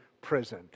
prison